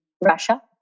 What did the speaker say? Russia